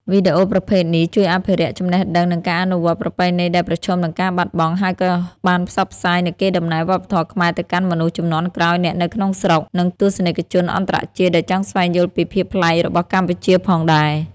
វីដេអូប្រភេទនេះ ជួយអភិរក្ស ចំណេះដឹង និងការអនុវត្តប្រពៃណីដែលប្រឈមនឹងការបាត់បង់ ហើយក៏បានផ្សព្វផ្សាយនូវកេរដំណែលវប្បធម៌ខ្មែរទៅកាន់មនុស្សជំនាន់ក្រោយ អ្នកនៅក្នុងស្រុក និង ទស្សនិកជនអន្តរជាតិ ដែលចង់ស្វែងយល់ពីភាពប្លែករបស់កម្ពុជាផងដែរ។